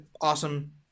awesome